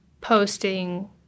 posting